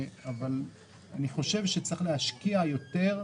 אני חושב שצריך להשקיע יותר,